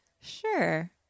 sure